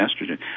estrogen